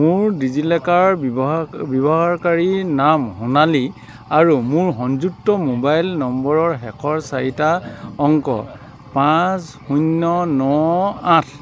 মোৰ ডিজিলকাৰ ব্যৱহাৰ ব্যৱহাৰকাৰী নাম সোণালী আৰু মোৰ সংযুক্ত মোবাইল নম্বৰৰ শেষৰ চাৰিটা অংক পাঁচ শূন্য ন আঠ